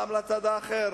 פעם לצד האחר.